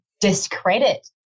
discredit